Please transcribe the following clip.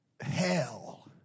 hell